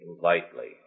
lightly